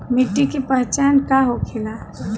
मिट्टी के पहचान का होखे ला?